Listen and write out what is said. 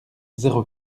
zéro